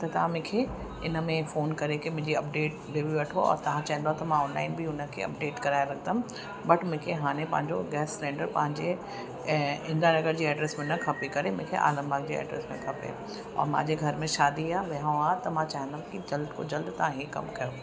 त तव्हां मूंखे इन में फ़ोन करे की मुंहिंजी अपडेट ॾेई वठो और तव्हां चवंदो त मां ऑनलाइन बि उन खे अपडेट कराए रखंदमि बट मूंखे हाणे पंहिंजो गैस सिलैंडर पंहिंजे ऐं इंदिरा नगर जे एड्रेस में न खपे करे मूंखे आलमबाग़ जे एड्रेस में खपे और मुंहिंजे घर में शादी आहे वियांउ आहे त मां चाहींदमि की जल्द खां जल्द तव्हां हीउ कमु कयो